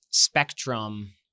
spectrum